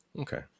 okay